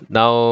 now